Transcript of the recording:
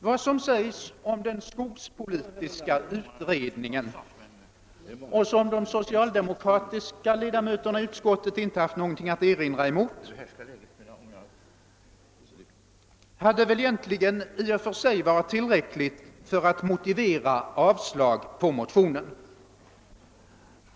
Vad som sägs om skogspolitiska utredningen — och formuleringarna har de socialdemokratiska ledamöterna i utskottet inte haft något att erinra mot — hade egentligen i och för sig varit tillräckligt för att motivera avslag på motionen.